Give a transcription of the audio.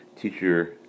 teacher